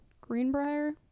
Greenbrier